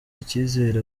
icyizere